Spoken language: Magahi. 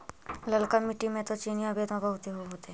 ललका मिट्टी मे तो चिनिआबेदमां बहुते होब होतय?